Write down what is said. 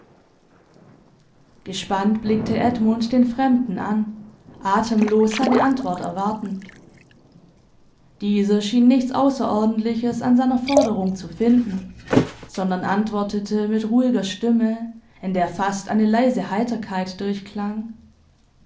gespannt blickte edmund den fremden an atemlos seine antwort erwartend dieser schien nichts außerordentliches an seiner forderung zu finden sondern antwortete mit ruhiger stimme in der fast eine leise heiterkeit